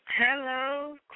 Hello